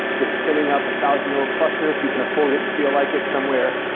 just spinning up a thousand little cluster, if you can afford it and feel like it's somewhere,